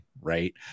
Right